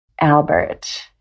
albert